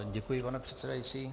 Děkuji, pane předsedající.